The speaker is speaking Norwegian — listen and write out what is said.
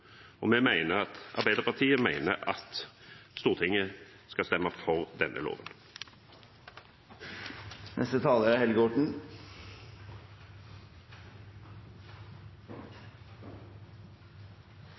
Arbeiderpartiet mener at Stortinget skal stemme for denne